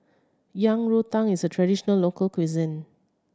Yang Rou Tang is a traditional local cuisine